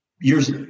years